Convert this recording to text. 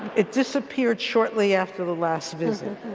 it disappeared shortly after the last visit.